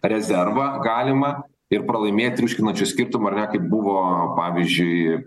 rezervą galimą ir pralaimėt triuškinančiu skirtumu ar ne kaip buvo pavyzdžiui